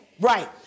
Right